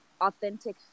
authentic